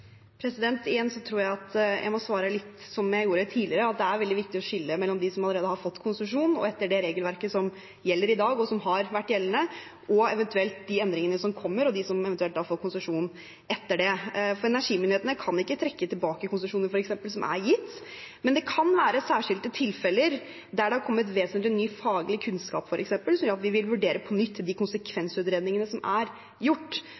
tror jeg at jeg må svare litt som jeg gjorde tidligere: Det er veldig viktig å skille mellom dem som allerede har fått konsesjon etter det regelverket som gjelder i dag, og som har vært gjeldende, og dem som eventuelt får konsesjon etter endringene som eventuelt kommer. Energimyndighetene kan f.eks. ikke trekke tilbake konsesjoner som er gitt, men det kan være særskilte tilfeller der det f.eks. har kommet vesentlig ny faglig kunnskap som gjør at vi vil vurdere på nytt de konsekvensutredningene som er gjort,